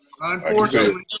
Unfortunately